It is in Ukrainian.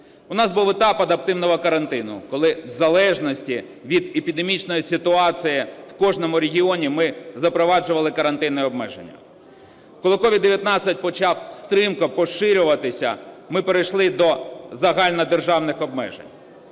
У нас був етап адаптивного карантину, коли в залежності від епідемічної ситуації в кожному регіоні ми запроваджували карантинні обмеження. Коли COVID-19 почав стрімко поширюватися, ми перейшли до загальнодержавних обмежень.